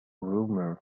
rumour